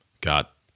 got